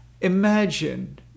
Imagine